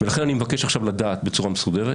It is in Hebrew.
לכן אני מבקש עכשיו לדעת בצורה מסודרת: